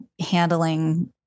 handling